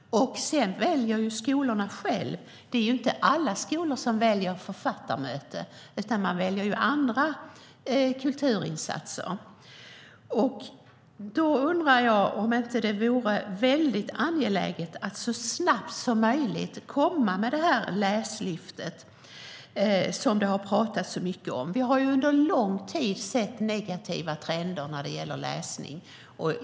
Skolorna väljer själva vad de vill göra. Det är inte alla skolor som väljer författarmöten, utan de väljer andra kulturinsatser. Jag undrar om det inte är mycket angeläget att så snabbt som möjligt komma med detta läslyft som det har talats så mycket om. Vi har under lång tid sett negativa trender när det gäller läsning.